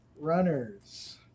runners